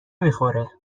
میخوره